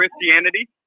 Christianity